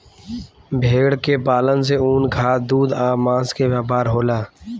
भेड़ के पालन से ऊन, खाद, दूध आ मांस के व्यापार होला